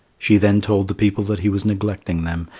she then told the people that he was neglecting them,